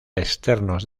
externos